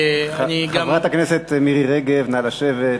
חברת הכנסת מירי רגב, נא לשבת.